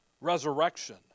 resurrection